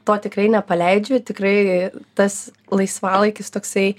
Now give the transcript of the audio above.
to tikrai nepaleidžiu tikrai tas laisvalaikis toksai